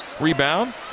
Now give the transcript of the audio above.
rebound